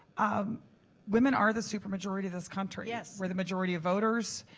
um women are the super majority of this country yeah for the majority of voters,